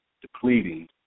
depleting